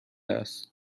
است